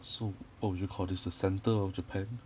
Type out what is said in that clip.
so what would you call this the centre of japan